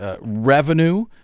revenue